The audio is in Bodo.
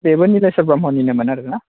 बेबो निलेस्वर ब्रम्हनिनोमोन आरोना